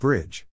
Bridge